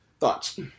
Thoughts